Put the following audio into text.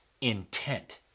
Intent